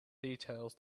details